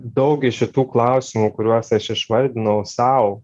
daug iš šitų klausimų kuriuos aš išvardinau sau